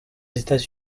etats